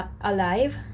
alive